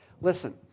Listen